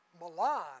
Milan